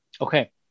Okay